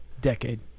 decade